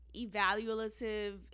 evaluative